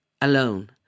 alone